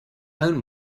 own